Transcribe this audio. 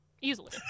easily